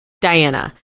Diana